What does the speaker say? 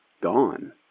gone